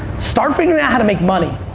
start figuring out how to make money